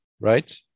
right